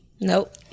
Nope